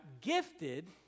gifted